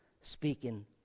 speaking